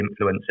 influencers